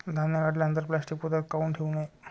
धान्य काढल्यानंतर प्लॅस्टीक पोत्यात काऊन ठेवू नये?